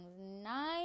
nine